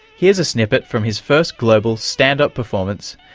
here's a snippet from his first global stand-up performance,